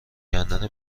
کندن